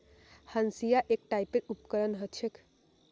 हंसिआ एक टाइपेर उपकरण ह छेक